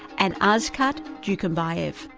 and askat dukenbaev,